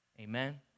Amen